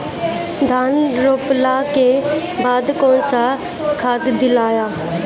धान रोपला के बाद कौन खाद दियाला?